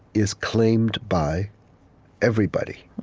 is claimed by everybody.